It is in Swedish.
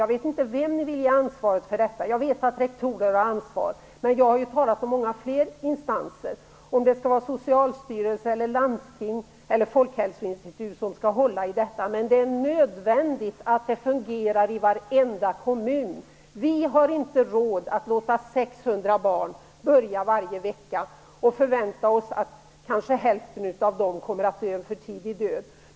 Jag vet inte vem som skall få ansvaret för detta. Jag vet att rektorer har ansvar, och jag har ju talat om många fler instanser, t.ex. Socialstyrelsen, landstingen eller Folkhälsoinstitutet som skulle kunna hålla i detta. Men det är nödvändigt att det fungerar i varenda kommun. Vi har inte råd att låta 600 barn börja röka varje vecka eftersom vi kan förvänta oss att kanske hälften av dem kommer att dö en för tidig död.